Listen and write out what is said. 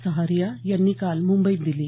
सहारिया यांनी काल मंबईत दिली